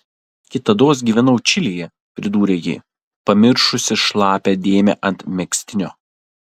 kitados gyvenau čilėje pridūrė ji pamiršusi šlapią dėmę ant megztinio